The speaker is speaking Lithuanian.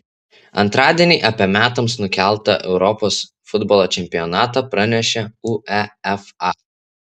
antradienį apie metams nukeltą europos futbolo čempionatą pranešė uefa